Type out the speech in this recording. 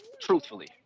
truthfully